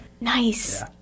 Nice